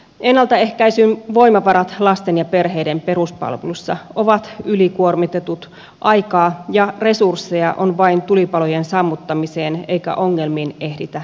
ennaltaehkäisyn voimavarat lasten ja perheiden peruspalveluissa ovat ylikuormitetut aikaa ja resursseja on vain tulipalojen sammuttamiseen eikä ongelmiin ehditä enää puuttua